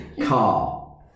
car